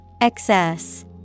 Excess